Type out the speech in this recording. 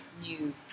new